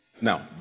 Now